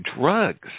drugs